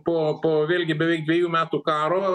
po po vėlgi beveik dviejų metų karo